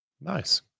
Nice